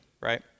right